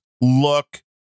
look